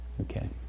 Okay